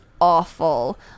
awful